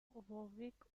warwick